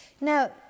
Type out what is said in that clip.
Now